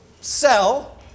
sell